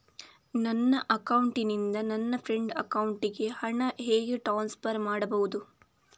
ನನ್ನ ಅಕೌಂಟಿನಿಂದ ನನ್ನ ಫ್ರೆಂಡ್ ಅಕೌಂಟಿಗೆ ಹಣ ಹೇಗೆ ಟ್ರಾನ್ಸ್ಫರ್ ಮಾಡುವುದು?